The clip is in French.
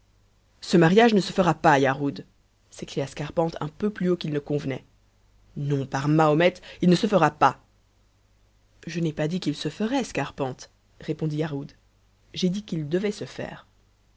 ce mariage ne se fera pas yarhud s'écria scarpante un peu plus haut qu'il ne convenait non par mahomet il ne se fera pas je n'ai pas dit qu'il se ferait scarpante répondit yarhud j'ai dit qu'il devait se faire